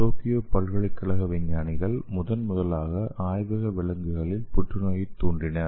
Tokyo பல்கலைக்கழக விஞ்ஞானிகள் முதன்முதலில் ஆய்வக விலங்குகளில் புற்றுநோயைத் தூண்டினர்